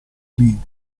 league